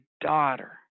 daughter